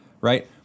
Right